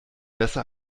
besser